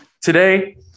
today